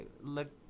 look